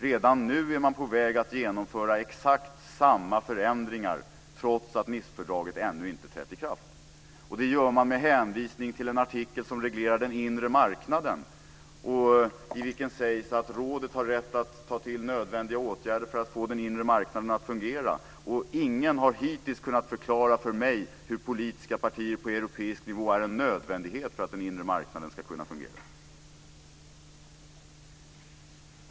Redan nu är man på väg att genomföra exakt samma förändringar trots att Nicefördraget ännu inte har trätt i kraft. Det gör man med en hänvisning till en artikel som reglerar den inre marknaden och i vilken det sägs att rådet har rätt att ta till nödvändiga åtgärder för att få den inre marknaden att fungera. Ingen har hittills kunnat förklara för mig hur politiska partier på europeisk nivå är en nödvändighet för att den inre marknaden ska kunna fungera.